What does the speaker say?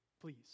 Please